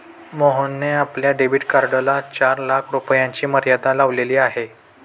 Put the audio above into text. मोहनने आपल्या डेबिट कार्डला चार लाख रुपयांची मर्यादा लावलेली आहे